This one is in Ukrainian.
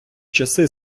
часи